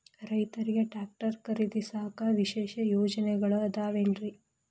ರೈತರಿಗೆ ಟ್ರ್ಯಾಕ್ಟರ್ ಖರೇದಿಸಾಕ ವಿಶೇಷ ಯೋಜನೆಗಳು ಅದಾವೇನ್ರಿ?